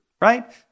right